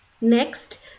Next